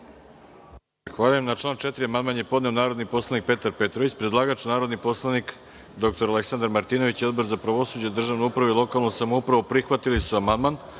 Hvala. Na član 4. amandman je podneo narodni poslanik Petar Petrović. Predlagač, narodni poslanik dr Aleksandar Martinović i Odbor za pravosuđe, državnu upravu i lokalnu samoupravu prihvatili su